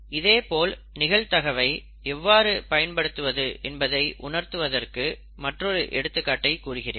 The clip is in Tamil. இதேபோல் நிகழ்தகவை இவ்வாறு பயன்படுத்துவது என்பதை உணர்த்துவதற்கு மற்றொரு எடுத்துக்காட்டை கூறுகிறேன்